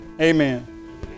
Amen